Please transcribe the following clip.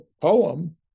poem